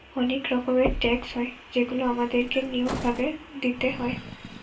অনেক রকমের ট্যাক্স হয় যেগুলা আমাদের কে নিয়ম ভাবে দিইতে হয়